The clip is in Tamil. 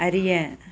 அறிய